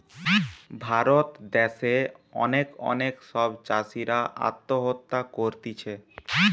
ভারত দ্যাশে অনেক অনেক সব চাষীরা আত্মহত্যা করতিছে